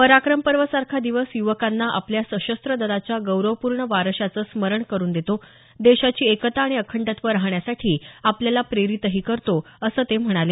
पराक्रम पर्व सारखा दिवस युवकांना आपल्या सशस्त्र दलाच्या गौरवपूर्ण वारशाचं स्मरण करून देतो देशाची एकता आणि अखंडत्व राखण्यासाठी आपल्याला प्रेरितही करतो असं ते म्हणाले